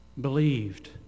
believed